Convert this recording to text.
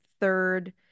third